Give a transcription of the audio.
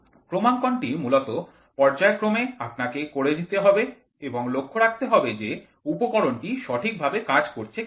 ক্রমাঙ্কনটি মূলত পর্যায়ক্রমে আপনাকে করে যেতে হবে এবং লক্ষ্য রাখতে হবে যে উপকরণটি ঠিকভাবে কাজ করছে কিনা